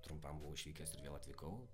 trumpam buvau išvykęs ir vėl atvykau